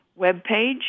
webpage